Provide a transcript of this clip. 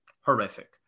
horrific